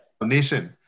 donation